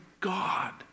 God